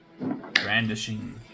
brandishing